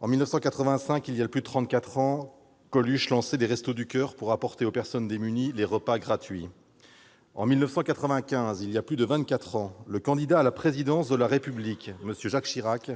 en 1985, il y a plus de trente-quatre ans, Coluche lançait les Restos du coeur pour apporter aux personnes démunies des repas gratuits. En 1995, il y a plus de vingt-quatre ans, le candidat à la présidence de la République, M. Jacques Chirac,